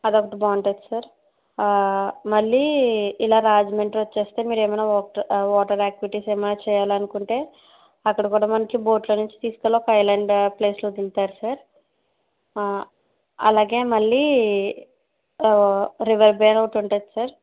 అదొకటి బాగుంటుంది సార్ ఆ మళ్ళి ఇలా రాజమండ్రి వచేస్తే మీరేమైనా వాటర్ యాక్టివిటీస్ ఏమైనా చెయ్యాలనుకుంటే అక్కడ కూడా మనకి బోటులో తీసుకెళ్లి ఒక ఐల్యాండ్ ప్లేసులో దింపుతారు సార్ ఆ అలాగే మళ్ళి రెవర్ బే ఒకటి ఉంటుంది సార్